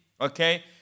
okay